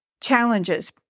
challenges